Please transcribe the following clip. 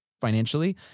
financially